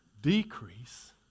decrease